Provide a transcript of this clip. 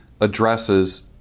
addresses